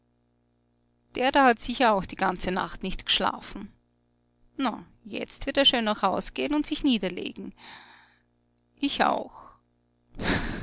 der da hat sicher auch die ganze nacht nicht geschlafen na jetzt wird er schön nach haus geh'n und sich niederlegen ich auch